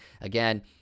again